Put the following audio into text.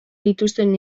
dituzten